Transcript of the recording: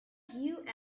hugh